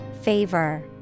Favor